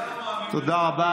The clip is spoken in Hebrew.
אתה לא מאמין בזה.